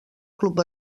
club